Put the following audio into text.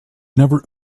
never